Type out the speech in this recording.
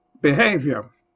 behavior